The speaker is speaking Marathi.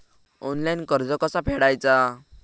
ऑनलाइन कर्ज कसा फेडायचा?